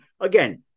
Again